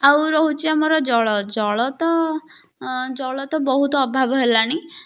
ଆଉ ରହୁଚି ଆମର ଜଳ ଜଳ ତ ଜଳ ତ ବହୁତ ଅଭାବ ହେଲାଣି